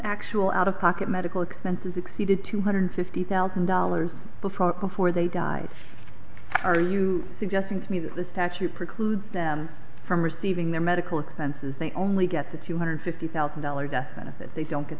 actual out of pocket medical expenses exceeded two hundred fifty thousand dollars before before they died are you suggesting to me that the statute precludes them from receiving their medical expenses they only get the two hundred fifty thousand dollars a benefit they don't get